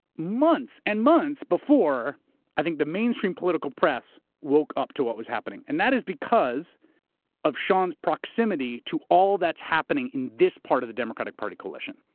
months and months before i think the mainstream political press woke up to what was happening. and that is because of sean's proximity to all that's happening is this part of the democratic party coalition.